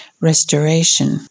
restoration